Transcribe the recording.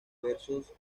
versos